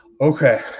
Okay